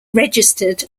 registered